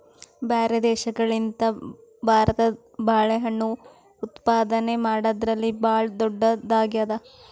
ಬ್ಯಾರೆ ದೇಶಗಳಿಗಿಂತ ಭಾರತ ಬಾಳೆಹಣ್ಣು ಉತ್ಪಾದನೆ ಮಾಡದ್ರಲ್ಲಿ ಭಾಳ್ ಧೊಡ್ಡದಾಗ್ಯಾದ